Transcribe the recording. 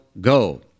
go